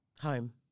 Home